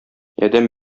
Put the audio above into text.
адәм